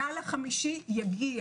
הגל החמישי יגיע